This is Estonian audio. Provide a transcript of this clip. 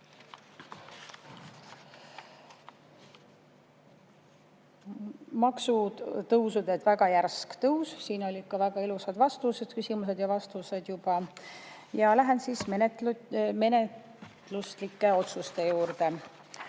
Maksutõusud, et väga järsk tõus – siin olid ka väga ilusad vastused, küsimused ja vastused juba. Lähen menetluslike otsuste juurde.